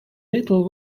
little